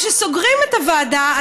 כשסוגרים את הוועדה,